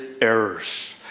errors